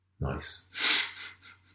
nice